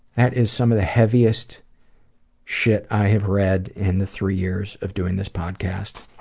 that is some of the heaviest shit i have read in the three years of doing this podcast.